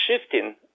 shifting